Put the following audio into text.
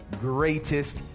greatest